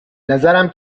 نظرم